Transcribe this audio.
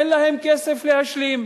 אין להם כסף להשלים.